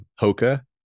Hoka